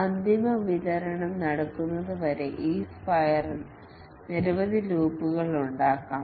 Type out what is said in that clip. അന്തിമ വിതരണം നടക്കുന്നതുവരെ ഈ സ്പൈററിൽ നിരവധി ലൂപ്പുകൾ ഉണ്ടാകാം